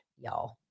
y'all